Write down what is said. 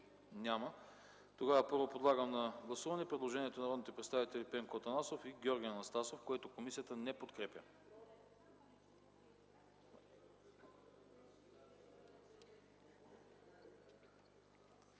Нямате. Подлагам на гласуване предложението на народните представители Пенко Атанасов и Георги Анастасов, което комисията не подкрепя.